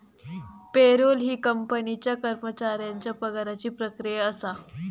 payroll ही कंपनीच्या कर्मचाऱ्यांच्या पगाराची प्रक्रिया असा